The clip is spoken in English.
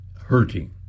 hurting